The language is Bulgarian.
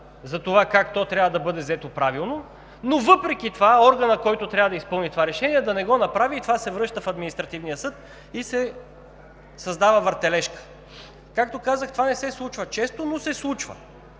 за това как то трябва да бъде взето правилно, но въпреки това органът, който трябва да изпълни това решение, да не го направи. То се връща в Административния съд и се създава въртележка. Както казах, това не се случва често, но се случва